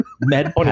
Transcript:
med